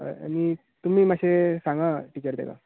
हय आनी तुमी मात्शें सांगां टिचर तेका